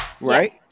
right